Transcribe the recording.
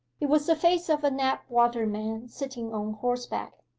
it was the face of a knapwater man sitting on horseback.